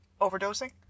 overdosing